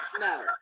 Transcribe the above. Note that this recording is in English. No